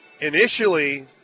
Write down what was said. Initially